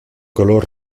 color